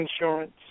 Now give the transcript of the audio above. insurance